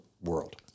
world